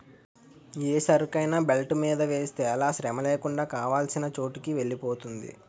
ఏ సరుకైనా బెల్ట్ మీద వేస్తే అలా శ్రమలేకుండా కావాల్సిన చోటుకి వెలిపోతుంది